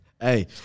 Hey